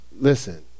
listen